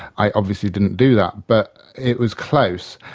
i obviously didn't do that, but it was close.